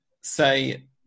say